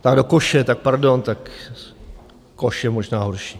Tak do koše, tak pardon, tak koš je možná horší.